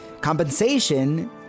Compensation